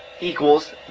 equals